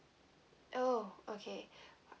oh okay